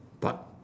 dark